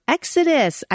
Exodus